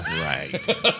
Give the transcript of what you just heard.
Right